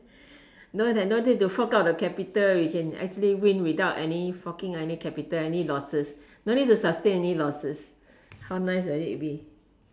no lah no need to fork out the capital we can actually win without any forking out any capital any losses no need to sustain any losses how nice will it be